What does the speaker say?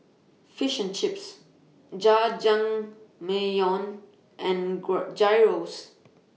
Fish and Chips Jajangmyeon and Gyros